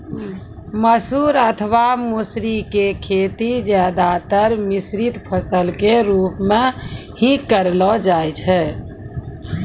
मसूर अथवा मौसरी के खेती ज्यादातर मिश्रित फसल के रूप मॅ हीं करलो जाय छै